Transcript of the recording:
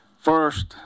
First